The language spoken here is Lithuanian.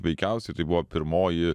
veikiausiai tai buvo pirmoji